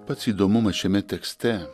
pats įdomumas šiame tekste